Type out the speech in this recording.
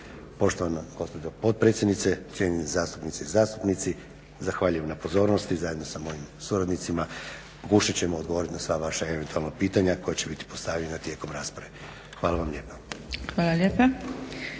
Poštovana gospođo potpredsjednice, cjenjene zastupnice i zastupnici zahvaljujem na pozornosti zajedno sa mojim suradnicima pokušat ćemo odgovoriti na sva vaša eventualna pitanja koja će biti postavljena tijekom rasprave. Hvala vam lijepa.